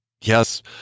yes